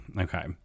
okay